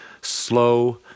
slow